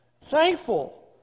thankful